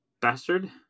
Bastard